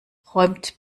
räumt